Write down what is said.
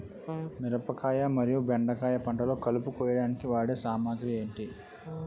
మిరపకాయ మరియు బెండకాయ పంటలో కలుపు కోయడానికి వాడే సామాగ్రి ఏమిటి?